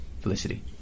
Felicity